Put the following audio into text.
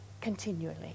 continually